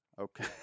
Okay